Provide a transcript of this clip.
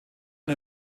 und